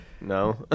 No